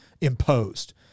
imposed